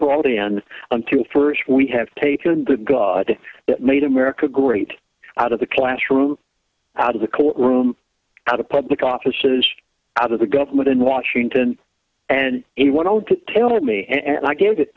brought in until first we have taken the god that made america great out of the classroom out of the courtroom out of public offices out of the government in washington and it went on to tell me and i gave it